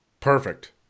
Perfect